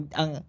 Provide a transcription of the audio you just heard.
ang